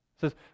Says